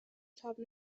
تاب